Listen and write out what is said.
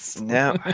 No